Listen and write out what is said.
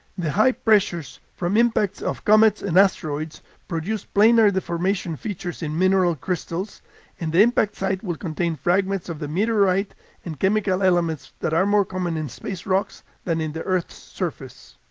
the high pressures from impacts of comets and asteroids produce planar deformation features in mineral crystals and the impact site will contain fragments of the meteorite and chemical elements that are more common in space rocks than in the earth's surface.